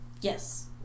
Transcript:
Yes